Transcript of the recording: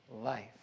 life